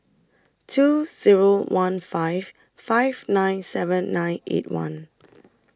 two Zero one five five nine seven nine eight one